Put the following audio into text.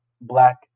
Black